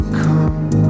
come